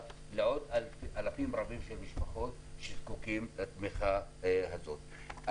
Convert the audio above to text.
לעוד אלפים רבים של משפחות שזקוקים לתמיכה הזאת.